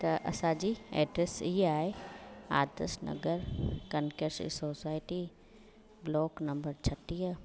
त असांजी एड्रेस इहा आहे आतिश नगर कनकेसिस सोसाएटी ब्लॉक नम्बर छटीह